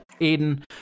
Aiden